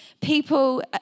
people